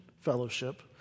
fellowship